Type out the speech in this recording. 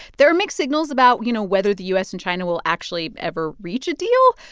there are mixed signals about, you know, whether the u s. and china will actually ever reach a deal.